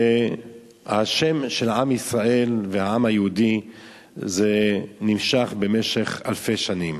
והשם של עם ישראל והעם היהודי נמשך במשך אלפי שנים.